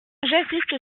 j’insiste